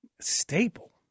Staple